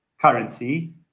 currency